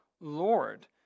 Lord